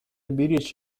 беречь